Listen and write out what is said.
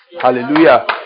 hallelujah